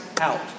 out